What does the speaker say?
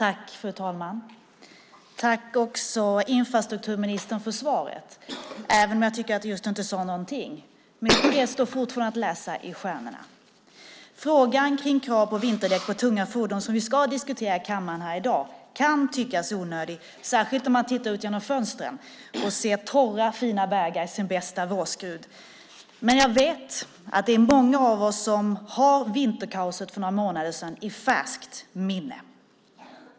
Fru talman! Jag vill tacka infrastrukturministern för svaret även om jag tycker att det just inte sade någonting. Mycket står fortfarande att läsa i stjärnorna. Frågan kring krav på vinterdäck på tunga fordon, som vi ska diskutera i kammaren i dag, kan tyckas onödig, särskilt om man tittar ut genom fönstret och ser torra, fina vägar i sin bästa vårskrud. Men jag vet att det är många av oss som har vinterkaoset för några månader sedan i färskt minne.